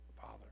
Father